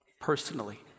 Personally